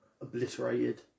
obliterated